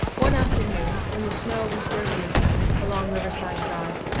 one afternoon when the snow was dirty again along riverside drive,